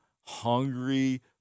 hungry